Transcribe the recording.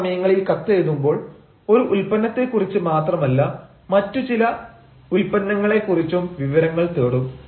ചില സമയങ്ങളിൽ കത്തെഴുതുമ്പോൾ ഒരു ഉൽപ്പന്നത്തെ കുറിച്ച് മാത്രമല്ല മറ്റു ചില ഉൽപ്പന്നങ്ങളെ കുറിച്ചും വിവരങ്ങൾ തേടും